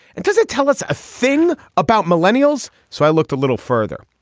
it doesn't tell us a thing about millennials. so i looked a little further.